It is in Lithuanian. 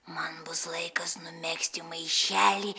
man bus laikas numegzti maišelį